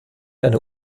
eine